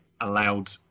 allowed